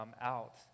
out